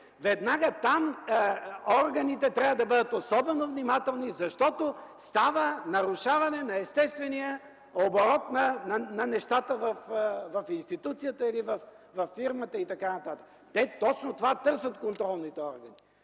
интереси. Там органите трябва да бъдат особено внимателни, защото става нарушаване на естествения оборот на нещата в институцията или във фирмата и т.н. Точно това търсят контролните органи.